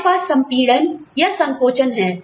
हमारे पास संपीड़नसंकोचन है